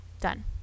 Done